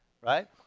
right